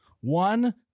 One